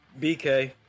BK